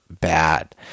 bad